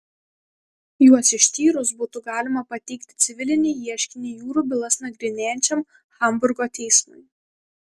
juos ištyrus būtų galima pateikti civilinį ieškinį jūrų bylas nagrinėjančiam hamburgo teismui